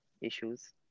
issues